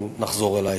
ונחזור אלייך.